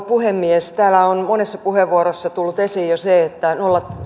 puhemies täällä on monessa puheenvuoroissa tullut esiin jo se että